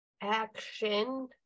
action